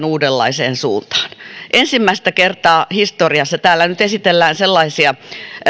uudenlaiseen suuntaan ensimmäistä kertaa historiassa täällä nyt esitellään sellaisia